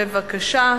בבקשה.